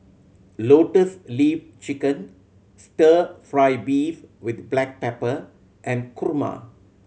Lotus Leaf Chicken Stir Fry beef with black pepper and kurma